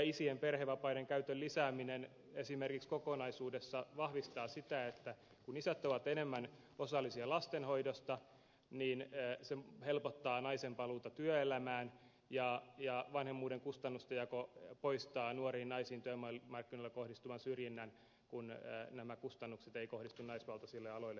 isien perhevapaiden käytön lisääminen esimerkiksi kokonaisuudessaan kun isät ovat enemmän osallisia lastenhoidossa helpottaa naisen paluuta työelämään ja vanhemmuuden kustannusten jako poistaa nuoriin naisiin työmarkkinoilla kohdistuvan syrjinnän kun nämä kustannukset eivät kohdistu naisvaltaisille aloille korostetusti